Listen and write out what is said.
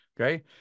Okay